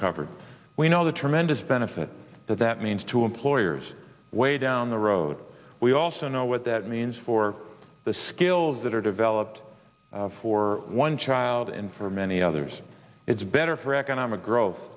covered we know the tremendous benefit that that means to employers way down the road we also know what that means for the skills that are developed for one child and for many others it's better for economic growth